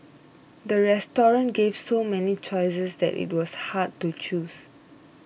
the restaurant gave so many choices that it was hard to choose